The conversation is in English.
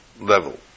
level